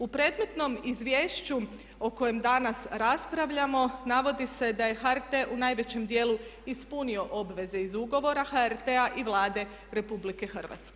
U predmetnom izvješću o kojem danas raspravljamo navodi se da je HRT u najvećem dijelu ispunio obaveze iz ugovora HRT-a i Vlade RH.